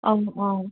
অঁ অঁ